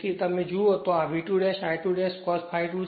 તેથી જુઓ તો આ V2 I2 cos ∅2